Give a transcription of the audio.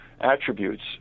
attributes